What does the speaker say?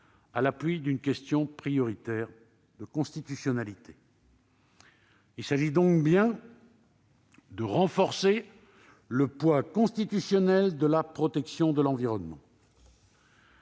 à l'appui d'une question prioritaire de constitutionnalité. Il s'agit donc bien de renforcer le poids constitutionnel de la protection de l'environnement.